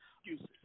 excuses